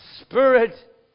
Spirit